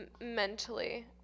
mentally